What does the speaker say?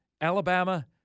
Alabama